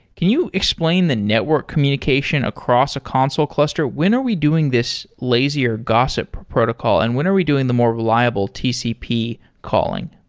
can you explain the network communication across a consul cluster? when are we doing this lazier gossip protocol and when are we doing the more reliable tcp calling?